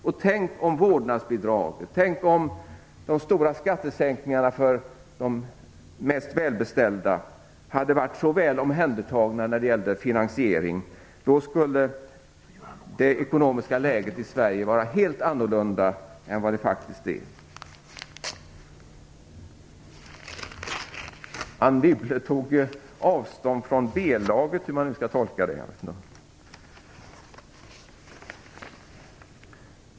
Och tänk om vårdnadsbidraget och de stora skattesänkningarna för de mest välbeställda hade varit så väl omhändertagna när det gäller finansieringen! Då skulle det ekonomiska läget i Sverige vara något helt annat än det faktiskt är. Anne Wibble tog avstånd från B-laget - hur det nu skall tolkas.